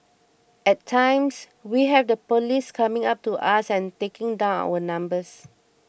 at times we have the police coming up to us and taking down our numbers